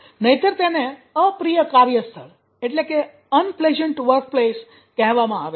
નહિતર તેને અપ્રિય કાર્યસ્થળ કહેવામાં આવે છે